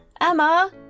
Emma